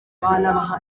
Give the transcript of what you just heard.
banabaha